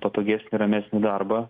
patogesnį ramesnį darbą